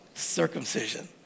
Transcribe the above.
Circumcision